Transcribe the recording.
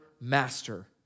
master